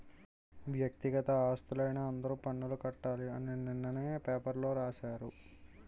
వ్యక్తిగత ఆస్తులైన అందరూ పన్నులు కట్టాలి అని నిన్ననే పేపర్లో రాశారు